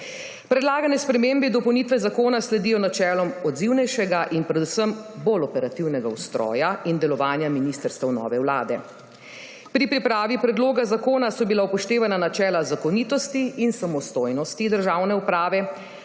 Predlagane spremembe in dopolnitve zakona sledijo načelom odzivnejšega in predvsem bolj operativnega ustroja in delovanja ministrstev nove vlade. Pri pripravi predloga zakona so bila upoštevana načela zakonitosti in samostojnosti državne uprave,